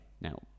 now